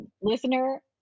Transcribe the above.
listener